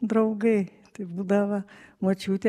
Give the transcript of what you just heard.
draugai tai būdavo močiutė